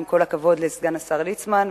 עם כל הכבוד לסגן השר ליצמן,